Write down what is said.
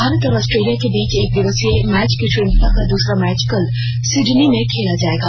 भारत और आस्ट्रेलिय के बीच एक दिवसीय मैचों की श्रंखला का द्रसरा मैच कल सिडनी में खेला जायेगा